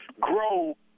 grow